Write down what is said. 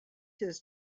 his